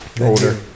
Older